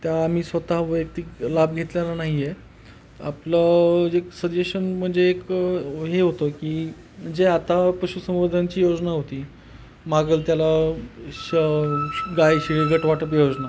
त्या आम्ही स्वतः वैयक्तिक लाभ घेतलेला नाही आहे आपलंच एक सजेशन म्हणजे एक हे होतं की जे आता पशुसंवर्धनची योजना होती मागेल त्याला श गाय शेळी गट वाटप योजना